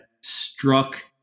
struck